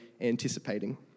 anticipating